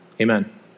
Amen